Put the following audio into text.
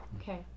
Okay